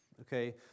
okay